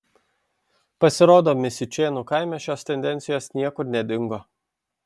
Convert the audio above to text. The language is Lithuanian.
pasirodo misiučėnų kaime šios tendencijos niekur nedingo